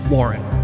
Warren